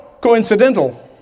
coincidental